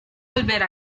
volver